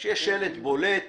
שיהיה שלט בולט.